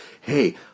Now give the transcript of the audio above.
hey